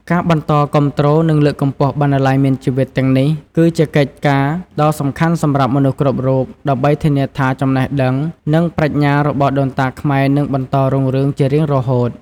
ការបន្តគាំទ្រ និងលើកកម្ពស់ "បណ្ណាល័យមានជីវិត" ទាំងនេះ គឺជាកិច្ចការដ៏សំខាន់សម្រាប់មនុស្សគ្រប់រូប ដើម្បីធានាថាចំណេះដឹង និងប្រាជ្ញារបស់ដូនតាខ្មែរនឹងបន្តរុងរឿងជារៀងរហូត។